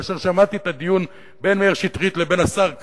כאשר שמעתי את הדיון בין מאיר שטרית לבין השר כאן,